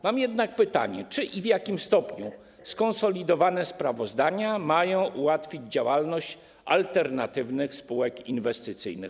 Mam jednak pytanie: Czy i w jakim stopniu skonsolidowane sprawozdania mają ułatwić działalność alternatywnych spółek inwestycyjnych?